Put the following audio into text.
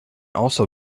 also